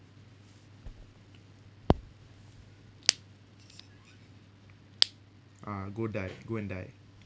ah go die go and die